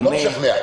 זה לא משכנע.